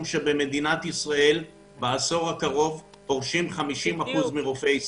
שבמדינת ישראל בעשור הקרוב יפרשו 50% מרופאי ישראל.